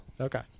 Okay